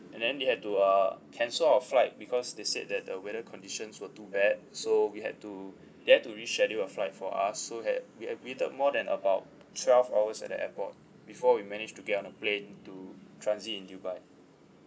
and then they had to uh cancel our flight because they said that the weather conditions were too bad so we had to there to reschedule our flight for us so that we had waited more than about twelve hours at the airport before we managed to get on the plane to transit in dubai